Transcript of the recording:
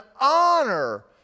honor